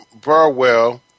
Burwell